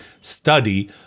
study